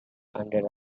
unreliable